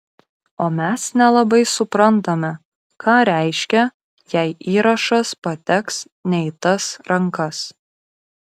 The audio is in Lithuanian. o mes nelabai suprantame ką reiškia jei įrašas pateks ne į tas rankas